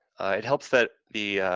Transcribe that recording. it helps that the,